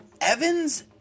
Evan's